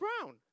brown